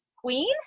Queen